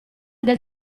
del